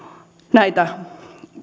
näitä